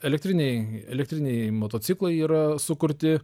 elektriniai elektriniai motociklai yra sukurti